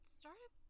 started